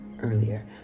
earlier